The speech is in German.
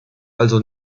also